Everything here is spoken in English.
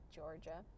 Georgia